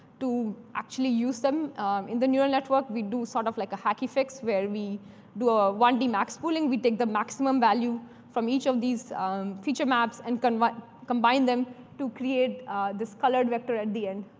to actually use them in the neural network, we do sort of like a hacky fix where we do a one d max pooling. we take the maximum value from each of these feature maps and but combine them to create this colored vector at the end.